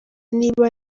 niba